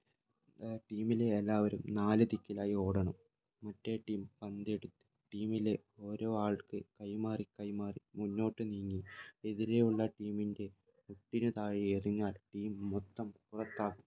ടീമിലെ എല്ലാവരും നാലു ദിക്കിലായി ഓടണം മറ്റേ ടീം പന്തെടുത്ത് ടീമിലെ ഓരോ ആൾക്ക് കൈമാറി കൈമാറി മുന്നോട്ട് നീങ്ങി എതിരെ ഉള്ള ടീമിൻ്റെ മുട്ടിന് താഴെ എറിഞ്ഞാൽ ടീം മൊത്തം പുറത്താകും